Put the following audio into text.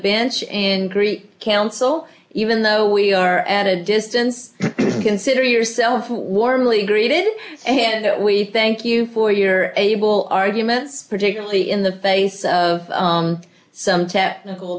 bench and greet counsel even though we are at a distance consider yourself warmly greeted and we thank you for your able arguments particularly in the face of some technical